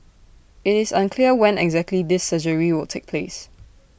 IT is unclear when exactly this surgery will take place